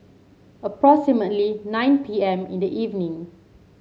approximately nine P M in the evening